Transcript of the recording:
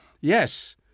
Yes